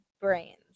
brains